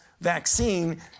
vaccine